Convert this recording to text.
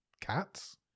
cats